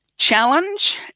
challenge